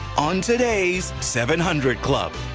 on today's seven hundred club.